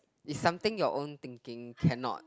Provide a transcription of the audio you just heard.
is something your own thinking cannot